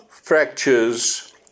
fractures